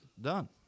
done